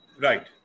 Right